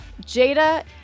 Jada